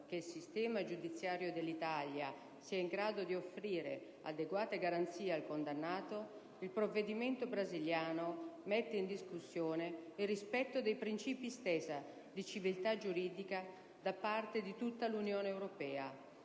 che il sistema giudiziario dell'Italia sia in grado di offrire adeguate garanzie al condannato, il diniego dell'estradizione mette in discussione il rispetto dei principi stessi di civiltà giuridica da parte di tutta l'Unione europea,